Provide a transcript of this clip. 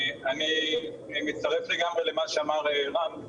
אני מצטרף לגמרי למה שאמר רם,